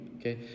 okay